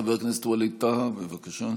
חבר הכנסת ווליד טאהא, בבקשה.